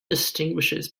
distinguishes